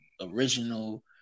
original